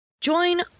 Join